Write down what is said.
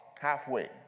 halfway